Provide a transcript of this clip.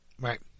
Right